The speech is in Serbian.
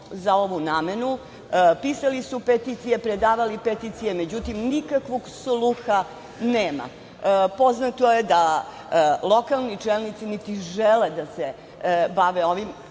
za ovu namenu. Pisali su peticije, predavali peticije, međutim nikakvog sluha nema. Poznato je da lokalni čelnici niti žele da se bave ovim,